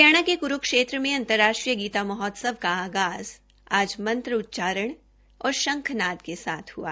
हरियाणा के कुरूक्षेत्र में अंतर्राष्ट्रीय गीता महोत्सव का आगाज़ आज मंत्रोच्चारण और शंखनाद के साथ हआ